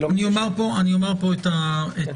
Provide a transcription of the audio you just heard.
אומר פה את